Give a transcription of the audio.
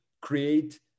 create